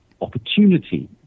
opportunity